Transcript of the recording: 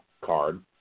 card